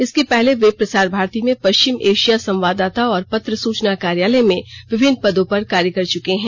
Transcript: इसके पहले वे प्रसार भारती में पश्चिम एशिया संवाददाता और पत्र सूचना कार्यालय में विभिन्न पदों पर कार्य कर चुके हैं